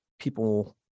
people